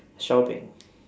shopping